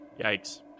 Yikes